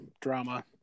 drama